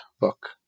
book